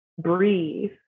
Breathe